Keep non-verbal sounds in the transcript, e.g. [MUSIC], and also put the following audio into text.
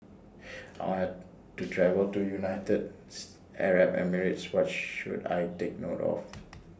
I want to travel to United Arab Emirates What should I Take note of [NOISE]